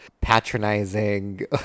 patronizing